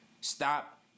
Stop